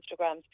Instagrams